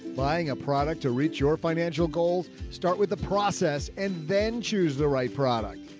buying a product to reach your financial goals, start with the process and then choose the right product.